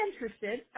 interested